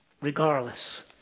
Regardless